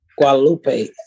Guadalupe